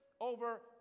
over